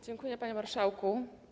Dziękuję, panie marszałku.